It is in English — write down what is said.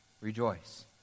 Rejoice